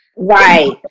Right